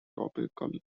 topical